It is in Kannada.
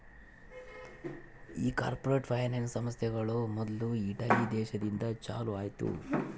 ಈ ಕಾರ್ಪೊರೇಟ್ ಫೈನಾನ್ಸ್ ಸಂಸ್ಥೆಗಳು ಮೊದ್ಲು ಇಟಲಿ ದೇಶದಿಂದ ಚಾಲೂ ಆಯ್ತ್